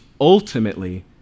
ultimately